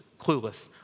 clueless